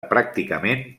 pràcticament